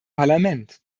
parlament